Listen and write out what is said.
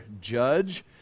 judge